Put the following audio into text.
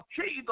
Jesus